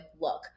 look